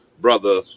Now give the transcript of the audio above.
brother